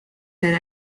their